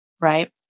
right